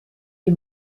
die